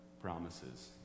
promises